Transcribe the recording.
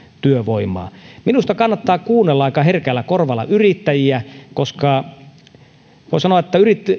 työvoimaa minusta kannattaa kuunnella aika herkällä korvalla yrittäjiä koska voi sanoa että